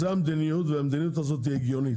זו המדיניות והמדיניות הזו הגיונית,